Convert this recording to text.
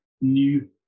new